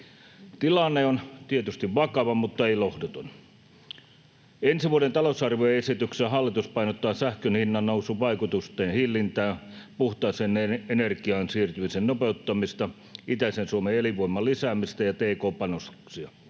Tilanne on tietysti vakava mutta ei lohduton. Ensi vuoden talousarvioesityksessä hallitus painottaa sähkön hinnannousun vaikutusten hillintää, puhtaaseen energiaan siirtymisen nopeuttamista, itäisen Suomen elinvoiman lisäämistä ja tk-panostuksia.